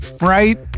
right